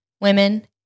women